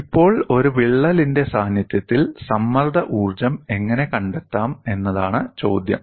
ഇപ്പോൾ ഒരു വിള്ളലിന്റെ സാന്നിധ്യത്തിൽ സമ്മർദ്ദ ഊർജ്ജം എങ്ങനെ കണ്ടെത്താം എന്നതാണ് ചോദ്യം